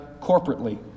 corporately